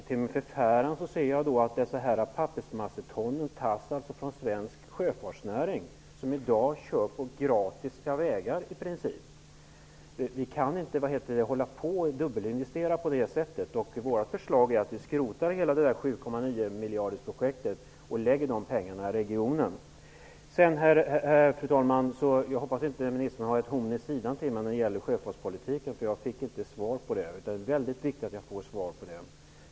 Till min förfäran ser jag då att dessa pappersmasseton tas från svensk sjöfartsnäring som i dag i princip kör på vägar som är gratis. Vi kan inte hålla på att dubbelinvestera på det sättet. Våra förslag är att man skall skrota hela 7,9 miljardersprojektet och satsa dessa pengar i regionen. Fru talman! Jag hoppas att ministern inte har ett horn i sidan till mig när det gäller sjöfartspolitiken. Den frågan fick jag inte svar på, men det är väldigt viktigt att jag får det.